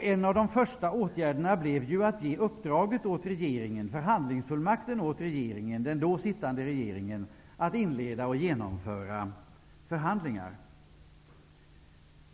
En av de första åtgärderna i samband med dessa riksdagsbehandlingar blev ju att den då sittande regeringen fick fullmakt att inleda och genomföra förhandlingar.